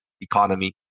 economy